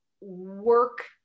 work